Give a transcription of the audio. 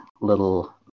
little